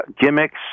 gimmicks